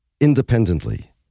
Independently